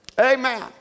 Amen